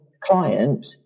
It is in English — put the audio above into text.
client